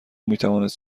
میتوانست